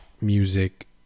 music